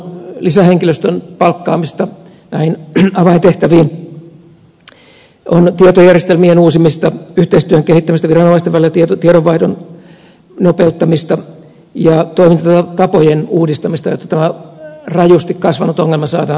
siellähän on lisähenkilöstön palkkaamista näihin avaintehtäviin on tietojärjestelmien uusimista yhteistyön kehittämistä viranomaisten välillä tiedonvaihdon nopeuttamista ja toimintatapojen uudistamista jotta tämä rajusti kasvanut ongelma saadaan hallintaan